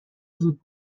زود